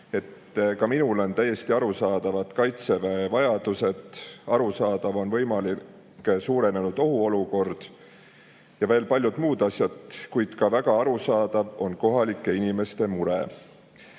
Ka minule on täiesti arusaadavad Kaitseväe vajadused, arusaadav on võimalik suurenenud oht ja on arusaadavad veel paljud muud asjad, kuid väga arusaadav on ka kohalike inimeste mure.